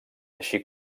així